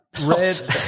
Red